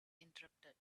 interrupted